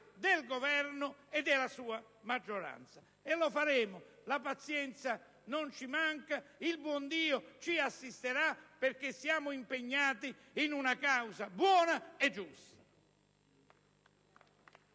del Governo e della sua maggioranza. E lo faremo: la pazienza non ci manca e il buon Dio ci assisterà, perché siamo impegnati in una causa buona e giusta.